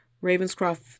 Ravenscroft